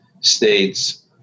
states